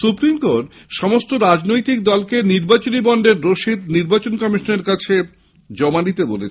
supreme court সমস্ত রাজনৈতিক দলকে নির্বাচনী বন্ডের রশিদ নির্বাচন কমিশনের কাছে জমা দিতে বলেছে